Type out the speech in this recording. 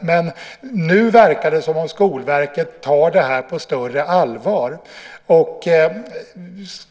Men nu verkar det som om Skolverket tar detta på större allvar.